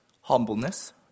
humbleness